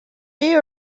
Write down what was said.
you